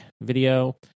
video